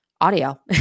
audio